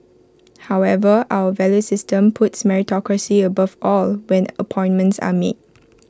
however our value system puts meritocracy above all when appointments are made